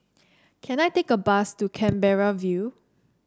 can I take a bus to Canberra View